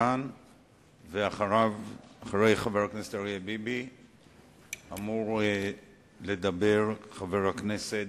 אחרי חבר הכנסת אריה ביבי אמור לדבר חבר הכנסת